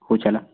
हो चला